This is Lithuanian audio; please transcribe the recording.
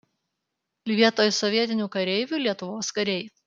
vietoj sovietinių kareivių lietuvos kariai